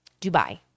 Dubai